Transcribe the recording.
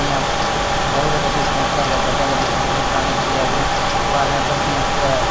ते ओह् पिच्छें रेही जंदे न होर अपनी गति खोई दिंदे न अपनी गति जेल्लै खोई लैंदे न